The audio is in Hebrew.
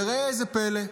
וראה זה פלא,